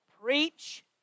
Preach